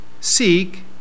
Seek